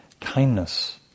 kindness